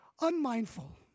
Unmindful